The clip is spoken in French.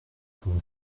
font